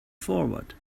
forward